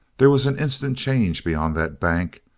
there was an instant change beyond that bank.